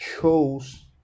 chose